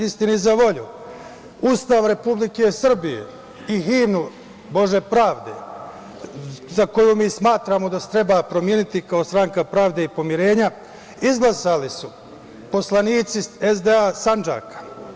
Istini za volju, Ustav Republike Srbije i himnu „Bože pravde“, za koju mi smatramo da se treba promeniti, kao Stranka pravde i pomirenja, izglasali su poslanici SDA Sandžaka.